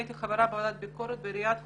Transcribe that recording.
הייתי חברה בוועדת ביקורת בעיריית חולון,